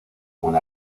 una